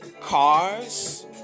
cars